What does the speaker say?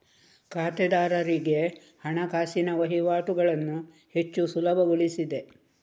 ಖಾತೆದಾರರಿಗೆ ಹಣಕಾಸಿನ ವಹಿವಾಟುಗಳನ್ನು ಹೆಚ್ಚು ಸುಲಭಗೊಳಿಸಿದೆ